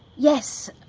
yes.